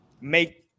make